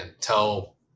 tell